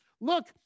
Look